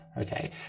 Okay